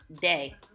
Day